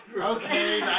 Okay